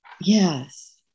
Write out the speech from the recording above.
Yes